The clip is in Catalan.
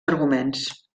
arguments